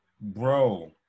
bro